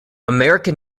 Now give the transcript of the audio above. american